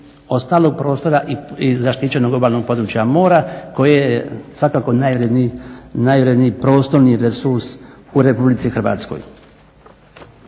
ostalog prostora i zaštićenog obalnog područja mora koje je svakako najvrjedniji prostorni resurs u Republici Hrvatskoj.